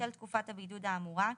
בשל תקופת הבידוד האמורה,